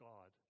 God